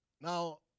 Now